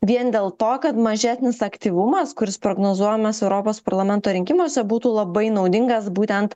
vien dėl to kad mažesnis aktyvumas kuris prognozuojamas europos parlamento rinkimuose būtų labai naudingas būtent